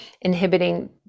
inhibiting